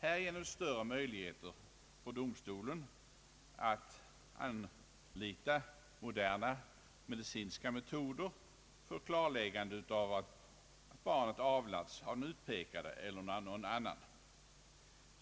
Härigenom ges större möjligheter för domstolen att an lita moderna medicinska metoder för klarläggande om barnet avlats av den utpekade eller någon annan.